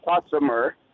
customer